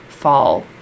fall